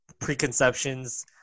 preconceptions